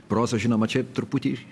proza žinoma čia truputį